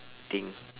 thing